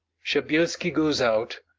shabelski goes out,